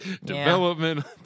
development